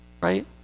Right